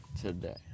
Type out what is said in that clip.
today